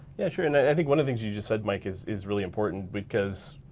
yeah sure. and i think one of things you just said mike is is really important because,